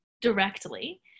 directly